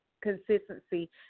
consistency